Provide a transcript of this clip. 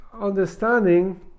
understanding